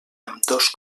ambdós